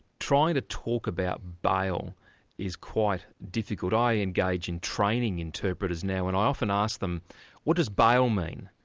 trying to talk about bail is quite difficult. i engage in training interpreters now and i often ask them what does bail mean?